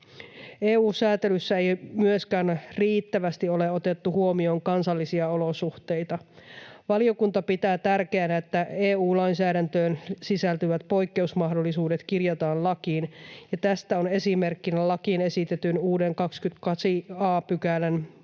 EU-säätelyssä ei myöskään ole riittävästi otettu huomioon kansallisia olosuhteita. Valiokunta pitää tärkeänä, että EU-lainsäädäntöön sisältyvät poikkeusmahdollisuudet kirjataan lakiin, ja tästä on esimerkkinä lakiin esitetyn uuden 28 a §:n mukainen